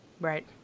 Right